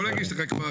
עכשיו